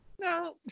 No